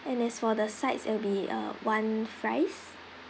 and as for the sides it'll be uh one fries